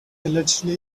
allegedly